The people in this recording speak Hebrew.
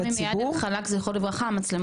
אני אדבר